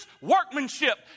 workmanship